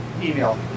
email